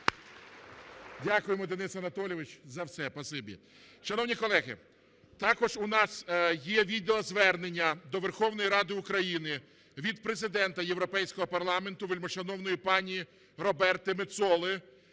Дякуємо, Денисе Анатолійовичу, за все! Шановні колеги, також у нас є відеозвернення до Верховної Ради України від Президента Європейського парламенту вельмишановної пані Роберти Метсоли,